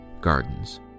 Gardens